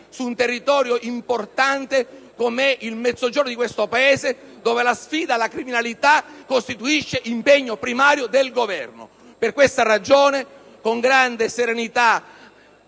su un'area importante qual è il Mezzogiorno del Paese, dove la sfida alla criminalità costituisce impegno primario del Governo. Per questa ragione, con grande serenità,